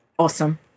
Awesome